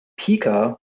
Pika